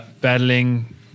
battling